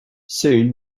soon